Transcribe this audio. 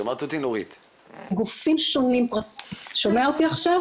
את שבעת רצון מהפניות שמגיעות מהאזרחים אליכם?